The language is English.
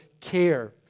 care